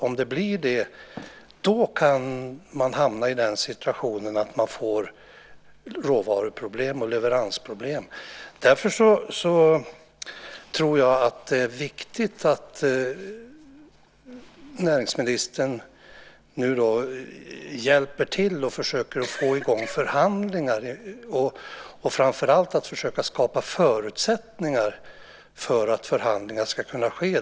Om det blir det kan man hamna i den situationen att man får råvaruproblem och leveransproblem. Det är viktigt att näringsministern nu hjälper till och försöker att få i gång förhandlingar. Det handlar framför allt om att försöka skapa förutsättningar för att förhandlingar ska kunna ske.